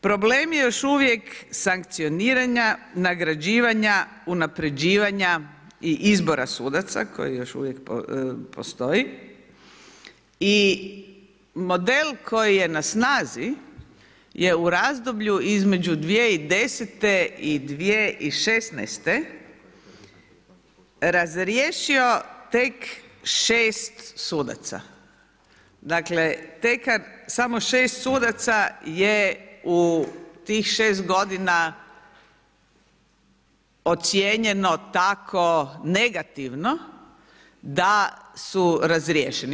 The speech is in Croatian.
Problemi još uvijek sankcioniranja, nagrađivanja, unapređivanja i izbora sudaca koji još uvijek postoji i model koji je na snazi je u razdoblju između 2010. i 2016. razriješio tek 6 sudaca, dakle tekar samo 6 sudaca je u tih 6 godina ocijenjeno tako negativno da su razriješeni.